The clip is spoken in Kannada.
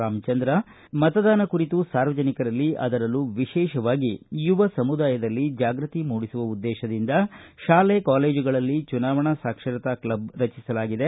ರಾಮಚಂದ್ರ ಮತದಾನ ಕುರಿತು ಸಾರ್ವಜನಿಕರಲ್ಲಿ ಅದರಲ್ಲೂ ವಿಶೇಷವಾಗಿ ಯುವ ಸಮುದಾಯದಲ್ಲಿ ಜಾಗೃತಿ ಮೂಡಿಸುವ ಉದ್ದೇಶದಿಂದ ಶಾಲೆ ಕಾಲೇಜುಗಳಲ್ಲಿ ಚುನಾವಣೆ ಸಾಕ್ಷರತಾ ಕ್ಲಬ್ ರಚಿಸಲಾಗಿದೆ